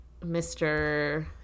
Mr